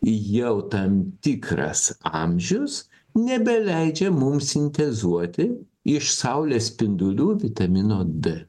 jau tam tikras amžius nebeleidžia mums sintezuoti iš saulės spindulių vitamino d